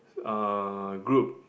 uh group